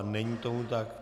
Není tomu tak.